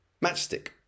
matchstick